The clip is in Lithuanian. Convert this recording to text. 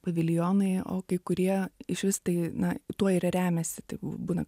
paviljonai o kai kurie išvis tai na tuo ir remiasi tik būna